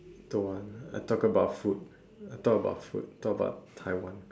don't want I talk about food talk about food talk about Taiwan